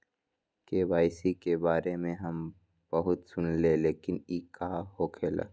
KYC के बारे में हम बहुत सुनीले लेकिन इ का होखेला?